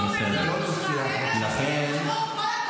--- של מושחתים הופך להיות